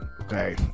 okay